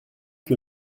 que